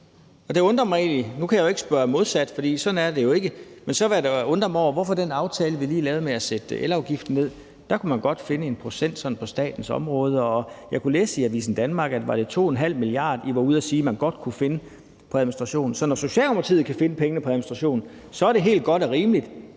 så undre mig over, hvorfor man i den aftale, vi lige lavede, om at sætte elafgiften ned, godt kunne finde 1 pct. sådan på statens område. Og jeg kunne læse i Avisen Danmark, at, var det 2,5 mia. kr., I var ude at sige man godt kunne finde på administration? Så når Socialdemokratiet kan finde pengene på administration, er det helt godt og rimeligt